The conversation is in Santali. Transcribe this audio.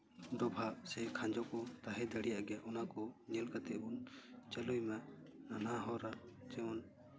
ᱰᱚᱵᱷᱟᱜ ᱥᱮ ᱠᱷᱟᱡᱚ ᱠᱚ ᱛᱟᱦᱮᱸ ᱫᱟᱲᱮᱭᱟᱜ ᱜᱮᱭᱟ ᱚᱱᱟ ᱠᱚ ᱧᱮᱞ ᱠᱟᱛᱮᱫ ᱵᱚᱱ ᱪᱟᱹᱞᱩᱭ ᱢᱟ ᱱᱟᱱᱦᱟ ᱦᱚᱨᱟᱜ ᱡᱮᱢᱚᱱ